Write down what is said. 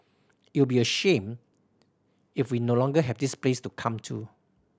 it'll be a shame if we no longer have this place to come to